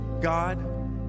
God